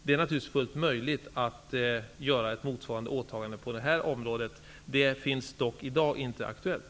Det är naturligtvis fullt möjligt att göra ett motsvarande åtagande på det här området. Det är dock i dag inte aktuellt.